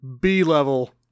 B-level